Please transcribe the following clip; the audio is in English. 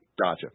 Gotcha